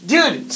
Dude